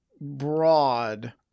broad